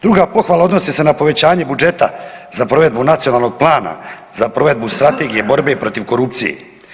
Druga pohvala odnosi se na povećanje budžeta za provedbu nacionalnog plana, za provedbu Strategije borbe protiv korupcije.